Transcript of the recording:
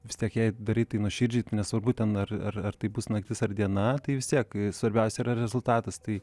vis tiek jei darai tai nuoširdžiai tai nesvarbu ten ar ar tai bus naktis ar diena tai vis tiek svarbiausia yra rezultatas tai